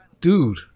dude